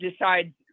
decide